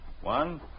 One